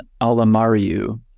Alamariu